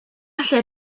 lle